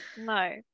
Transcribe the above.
no